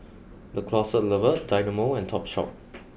the Closet Lover Dynamo and Topshop